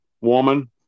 woman